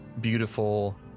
beautiful